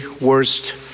worst